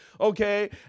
okay